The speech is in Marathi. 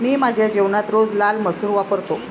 मी माझ्या जेवणात रोज लाल मसूर वापरतो